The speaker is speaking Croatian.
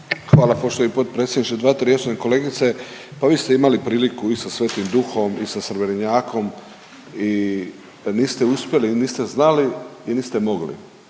Hvala poštovani potpredsjedniče, 238. Kolegice, pa vi ste imali priliku i sa Svetim Duhom i sa Srebrnjakom i kad niste uspjeli, niste znali i niste mogli.